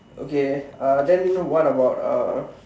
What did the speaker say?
okay uh then what about uh